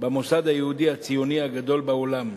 במוסד היהודי הציוני הגדול בעולם,